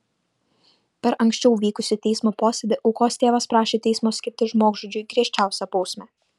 per anksčiau vykusį teismo posėdį aukos tėvas prašė teismo skirti žmogžudžiui griežčiausią bausmę